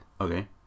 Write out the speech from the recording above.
Okay